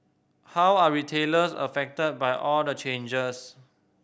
how are retailers affected by all the changes